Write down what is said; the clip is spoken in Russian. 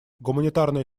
гуманитарная